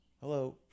hello